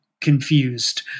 confused